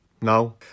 No